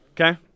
Okay